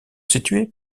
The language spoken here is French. situées